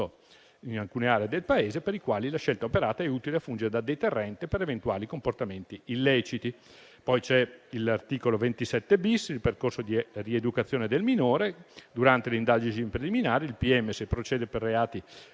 in alcune aree del Paese, per i quali la scelta operata è utile a fungere da deterrente per eventuali comportamenti illeciti. C'è poi l'articolo 27-*bis*, che riguarda il percorso di rieducazione del minore. Durante le indagini preliminari il pm, se procede per reati